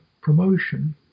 promotion